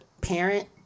parent